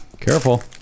Careful